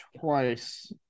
twice